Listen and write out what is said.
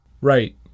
Right